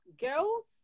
girls